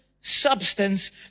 substance